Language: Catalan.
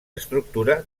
estructura